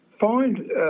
find